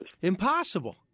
Impossible